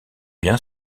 bien